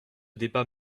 débat